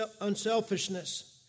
unselfishness